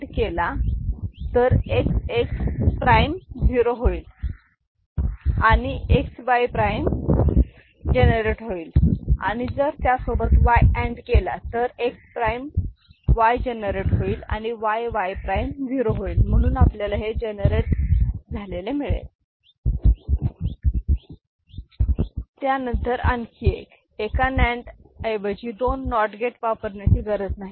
Y आपण त्याला X AND केला तर X X prime XX zero होईल आणि X Y prime XY generate होईल आणि जर त्यासोबत Y अँड केला तर X prime Y XY generate होईल आणि Y Y prime YY zero होईल म्हणून आपल्याला हे जनरेट झालेले मिळेल त्यानंतर आणखी एक एका नांड ऐवजी दोन नॉट गेट वापरण्याची गरज नाही